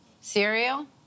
Cereal